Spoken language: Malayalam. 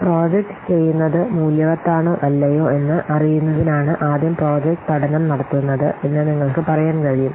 പ്രോജക്റ്റ് ചെയ്യുന്നത് മൂല്യവത്താണോ അല്ലയോ എന്ന് അറിയുന്നതിനാണ് ആദ്യം പ്രോജക്റ്റ് പഠനം നടത്തുന്നത് എന്ന് നിങ്ങൾക്ക് പറയാൻ കഴിയും